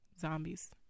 zombies